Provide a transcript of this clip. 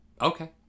Okay